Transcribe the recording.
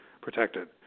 protected